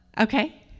Okay